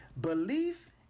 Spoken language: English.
Belief